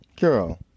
Girl